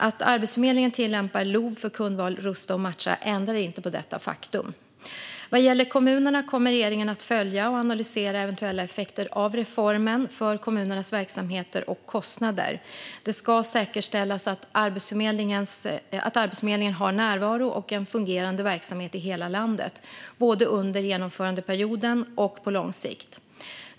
Att Arbetsförmedlingen tillämpar LOV för Kundval rusta och matcha ändrar inte på detta faktum. Vad gäller kommunerna kommer regeringen att följa och analysera eventuella effekter av reformen för kommunernas verksamheter och kostnader. Det ska säkerställas att Arbetsförmedlingen har närvaro och en fungerande verksamhet i hela landet, både under genomförandeperioden och på lång sikt.